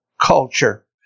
culture